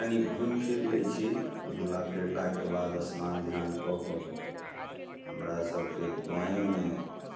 कनिक घूमि फिर लै छी घूमला फिरलाके बाद स्नान ध्यान कऽ कऽ हमरा सबके गाँवेमे